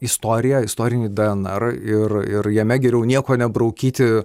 istoriją istorinį dnr ir ir jame geriau nieko nebraukyti